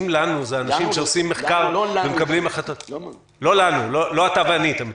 האם זה לאנשים שעושים מחקר ומקבלים החלטות לא אתה ואני אתה מתכוון.